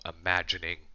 imagining